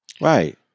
Right